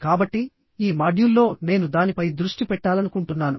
కాబట్టి ఈ మాడ్యూల్లో నేను దానిపై దృష్టి పెట్టాలనుకుంటున్నాను